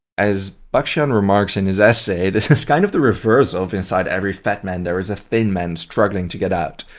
as bakshian remarks in his essay, it is kind of the reverse of inside every fat man there is a thin man struggling to get out.